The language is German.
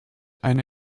eine